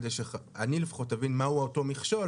כדי שאני לפחות אבין מהו אותו מכשול,